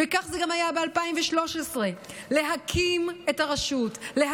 וכך זה היה גם ב-2013, להקים את הרשות, תודה רבה.